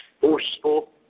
forceful